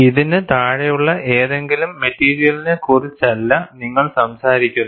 ഇതിന് താഴെയുള്ള ഏതെങ്കിലും മെറ്റീരിയലിനെക്കുറിച്ചല്ല നിങ്ങൾ സംസാരിക്കുന്നത്